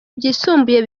byisumbuye